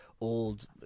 old